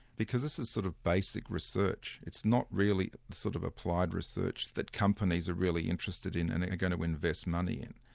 because this is sort of basic research, it's not really sort of applied research that companies are really interested in, and are going to invest money in.